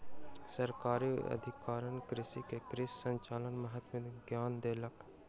सरकारी अधिकारी कृषक के कृषि संचारक महत्वक ज्ञान देलक